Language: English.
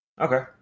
Okay